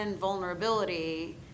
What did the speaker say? vulnerability